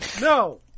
No